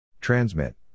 Transmit